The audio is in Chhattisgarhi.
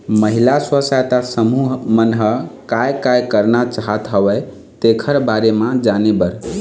महिला स्व सहायता समूह मन ह काय काय करना चाहत हवय तेखर बारे म जाने बर